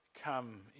Come